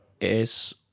Es